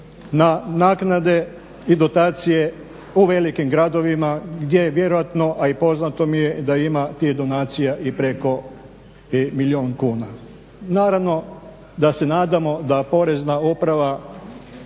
na naknade i dotacije u velikim gradovima gdje je vjerojatno, a i poznato mi je da ima tih donacija i preko milijun kuna. Naravno da se nadam da porezna uprava